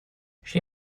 she